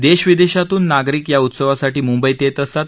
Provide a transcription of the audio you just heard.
देश विदेशातून नागरिक या उत्सवासाठी मुंबईत येत असतात